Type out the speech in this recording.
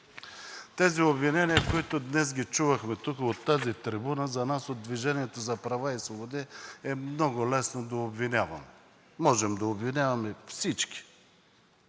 Тези обвинения, които днес ги чувахме тук от тази трибуна, за нас от „Движение за права и свободи“ е много лесно да обвиняваме. Можем да обвиняваме